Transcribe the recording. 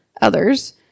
others